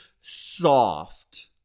soft